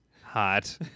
Hot